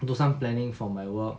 do some planning for my work